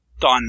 done